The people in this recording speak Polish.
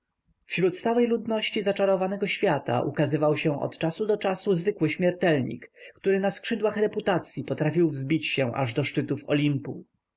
wśród stałej ludności zaczarowanego świata ukazywał się od czasu do czasu zwykły śmiertelnik który na skrzydłach reputacyi potrafił wzbić się aż do szczytów olimpu